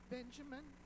Benjamin